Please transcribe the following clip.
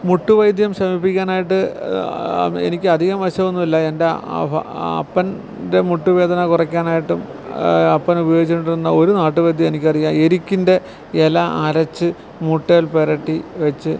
മുട്ട് വൈദ്യം ശമിപ്പിക്കാനായിട്ട് എനിക്കധികം വശവൊന്നും ഇല്ല എന്റെ അപ്പൻ്റെ മുട്ട് വേദന കുറയ്ക്കാനായിട്ടും അപ്പൻ ഉപയോഗിച്ചുകൊണ്ടിരുന്ന ഒരു നാട്ടുവൈദ്യം എനിക്കറിയാം എരിക്കിന്റെ ഇല അരച്ച് മുട്ടേല് പുരട്ടി വെച്ച്